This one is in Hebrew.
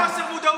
גנבה.